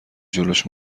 جلوش